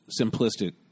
simplistic